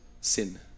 sin